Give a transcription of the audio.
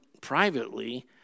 privately